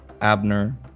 Abner